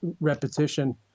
repetition